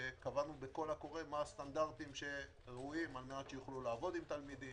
שקבענו בקול קורא מה הסטנדרטים שראויים כדי שיוכלו לעבוד עם תלמידים